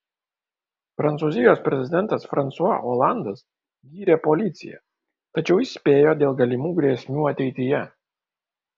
prancūzijos prezidentas fransua olandas gyrė policiją tačiau įspėjo dėl galimų grėsmių ateityje